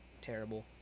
terrible